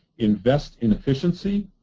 invest in efficiency,